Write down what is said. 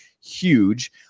huge